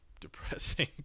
depressing